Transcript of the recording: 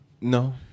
No